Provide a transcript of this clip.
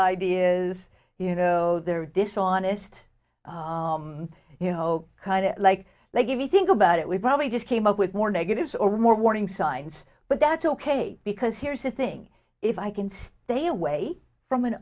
idea is you know they're dishonest you know kind of like they give you think about it we probably just came up with more negatives or more warning signs but that's ok because here's the thing if i can stay away from an